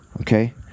Okay